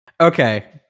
Okay